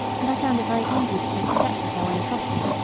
and i found it very easy to keep step with her when trotting,